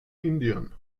indien